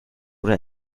oder